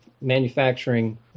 manufacturing